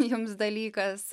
jums dalykas